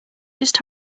just